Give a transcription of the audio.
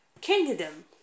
kingdom